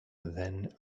then